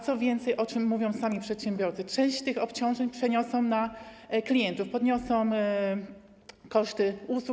Co więcej, o czym mówią sami przedsiębiorcy, część tych obciążeń przeniosą na klientów, podniosą koszty usług.